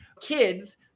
kids